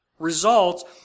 results